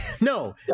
No